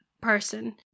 person